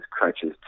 crutches